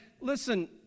listen